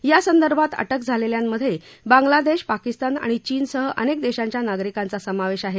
या संदर्भात अटक झालेल्यांमधे बांगलादेश पाकिस्तान आणि चीनसह अनेक देशांसह नागरिकांचा समावेश आहे